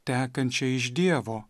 tekančia iš dievo